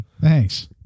Thanks